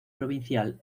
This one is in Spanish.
provincial